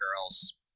girls